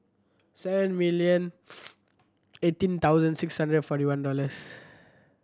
seven million eighteen thousand six hundred forty one dollars